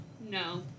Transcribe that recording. No